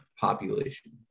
Population